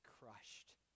crushed